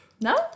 No